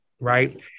right